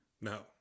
No